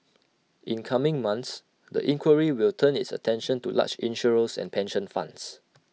in coming months the inquiry will turn its attention to large insurers and pension funds